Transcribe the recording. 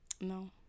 No